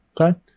okay